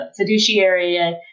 fiduciary